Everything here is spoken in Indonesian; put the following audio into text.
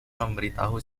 memberitahu